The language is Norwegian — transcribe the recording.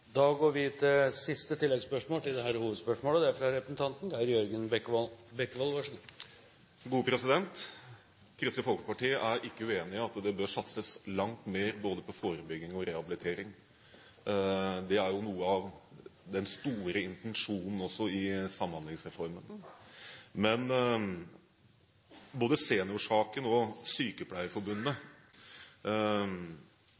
Geir Jørgen Bekkevold – til siste oppfølgingsspørsmål. Kristelig Folkeparti er ikke uenig i at det bør satses langt mer på både forebygging og rehabilitering. Det er jo noe av intensjonen også i Samhandlingsreformen. Men både Seniorsaken og